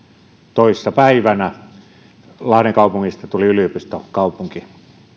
toissa päivänä lahden kaupungista tuli yliopistokaupunki